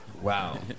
Wow